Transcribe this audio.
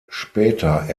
später